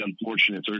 unfortunate